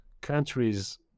countries